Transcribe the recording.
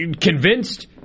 convinced